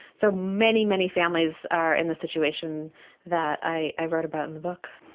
so many, many families are in this situation that i i wrote about in the book.